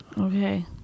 Okay